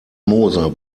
moser